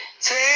Take